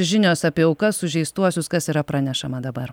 žinios apie aukas sužeistuosius kas yra pranešama dabar